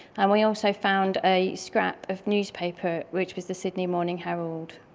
and we also found a scrap of newspaper which was the sydney morning herald.